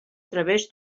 través